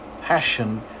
passion